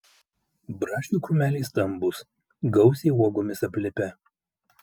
braškių krūmeliai stambūs gausiai uogomis aplipę